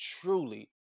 truly